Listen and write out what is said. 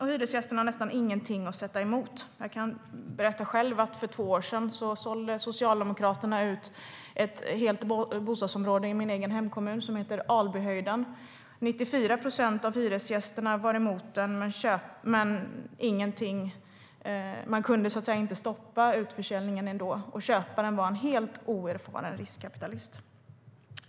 Hyresgästerna har nästan ingenting att sätta emot. Jag kan berätta att för två år sedan sålde Socialdemokraterna ut ett helt bostadsområde, Albyhöjden, i min egen hemkommun. 94 procent av hyresgästerna var emot utförsäljningen, men man kunde ändå inte stoppa den. Köparen var en helt oerfaren riskkapitalist.